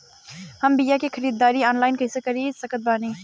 हम बीया के ख़रीदारी ऑनलाइन कैसे कर सकत बानी?